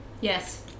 Yes